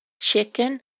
Chicken